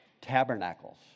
tabernacles